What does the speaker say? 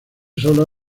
sola